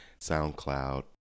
SoundCloud